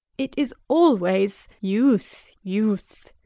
it is always youth, youth,